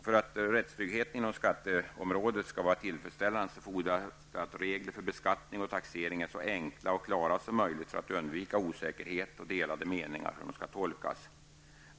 För att rättstryggheten inom skatteområdet skall vara tillfredsställande fordras att regler för beskattning och taxering är så enkla och klara som möjligt så att man på så sätt kan undvika osäkerhet och delade meningar om hur reglerna skall tolkas.